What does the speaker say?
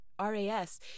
RAS